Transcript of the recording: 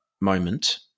moment